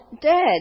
dead